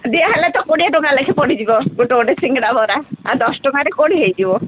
ଦିଆହେଲେ ତ କୋଡ଼ିଏ ଟଙ୍କା ଲେଖେଁ ପଡ଼ିଯିବ ଗୋଟେ ଗୋଟେ ସିଙ୍ଗଡ଼ା ବରା ଆଉ ଦଶଟଙ୍କାରେ କୋଉଠି ହୋଇଯିବ